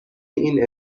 این